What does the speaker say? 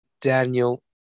daniel